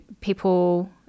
people